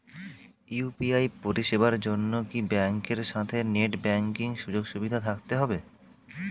UPI পরিষেবার জন্য কি ব্যাংকের সাথে নেট ব্যাঙ্কিং সুযোগ সুবিধা থাকতে হবে?